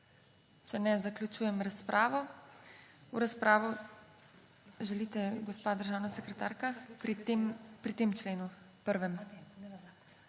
Če ne, zaključujem razpravo. V razpravo … Želite, gospa državna sekretarka? Pri tem členu, prvem.